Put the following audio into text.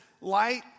light